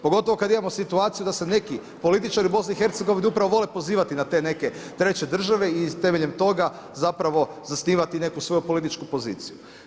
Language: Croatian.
Pogotovo kada imamo situaciju da se neki političari u BiH vole pozivati na te neke treće države i temeljem toga zapravo zasnivati neku svoju političku poziciju.